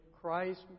Christ